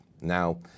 Now